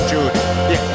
Jude